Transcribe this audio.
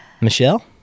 Michelle